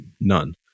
none